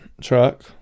truck